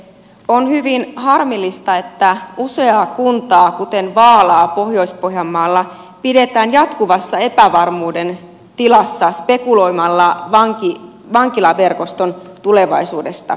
on hyvin harmillista että useaa kuntaa kuten vaalaa pohjois pohjanmaalla pidetään jatkuvassa epävarmuuden tilassa spekuloimalla vankilaverkoston tulevaisuudesta